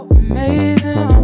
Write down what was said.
amazing